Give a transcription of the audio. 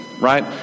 right